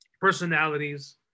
personalities